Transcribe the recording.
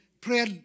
prayer